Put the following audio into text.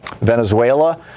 Venezuela